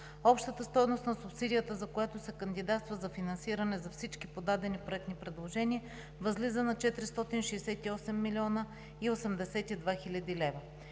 Общата стойност на субсидията, за която се кандидатства за финансиране за всички подадени проектни предложения, възлиза на 468 млн. 82 хил. лв.